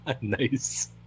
Nice